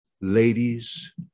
Ladies